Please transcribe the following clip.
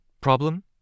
Problem